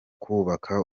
kubaka